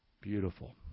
Beautiful